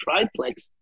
triplex